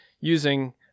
using